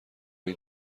این